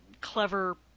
clever